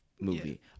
movie